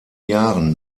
jahren